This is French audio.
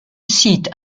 site